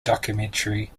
documentary